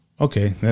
Okay